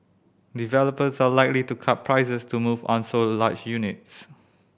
developers are likely to cut prices to move unsold large units